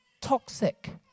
toxic